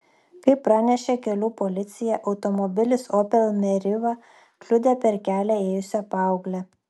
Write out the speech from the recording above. kaip pranešė kelių policija automobilis opel meriva kliudė per kelią ėjusią paauglę